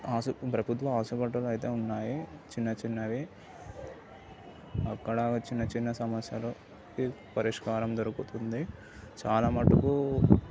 ఆసు ప్రభుత్వం హాస్పిటల్ అయితే ఉన్నాయి చిన్న చిన్నవి ఉన్నాయి అక్కడ చిన్న చిన్న సమస్యలకి పరిష్కారం దొరుకుతుంది చాలా మట్టుకు